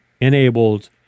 enabled